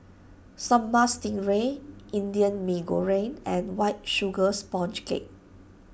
Sambal Stingray Indian Mee Goreng and White Sugar Sponge Cake